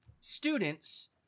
students